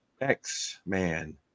X-Man